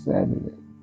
Saturday